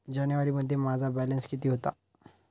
जानेवारीमध्ये माझा बॅलन्स किती होता?